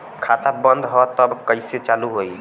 खाता बंद ह तब कईसे चालू होई?